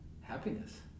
happiness